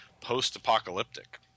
post-apocalyptic